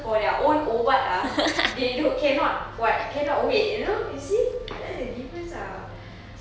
for their own ubat ah they don~ cannot what cannot wait you know you see that's the difference ah